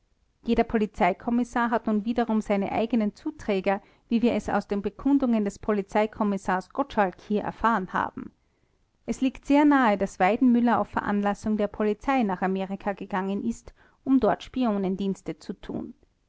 jeder polizeikommissar hat nun wiederum seine eigenen zuträger wie wir es aus den bekundungen des polizeikommissars kommissars gottschalk hier erfahren haben es liegt sehr nahe daß weidenmüller auf veranlassung der polizei nach amerika gegangen ist um dort spionendienste zu tun